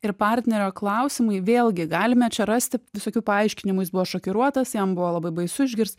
ir partnerio klausimai vėlgi galime čia rasti visokių paaiškinimų jis buvo šokiruotas jam buvo labai baisu išgirst